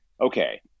okay